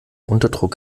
unterdruck